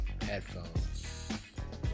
headphones